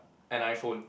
an iPhone